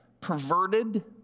perverted